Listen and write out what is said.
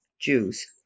Jews